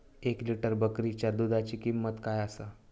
एक लिटर बकरीच्या दुधाची किंमत काय आसा?